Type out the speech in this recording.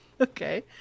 okay